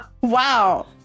Wow